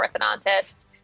orthodontist